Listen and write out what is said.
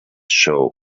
show